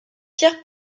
pierre